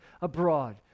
abroad